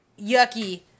yucky